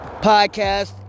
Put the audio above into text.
Podcast